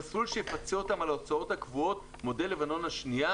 במסלול שיפצה אותם על ההוצאות הקבועות מודל לבנון השנייה,